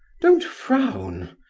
don't frown.